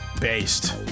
based